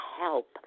help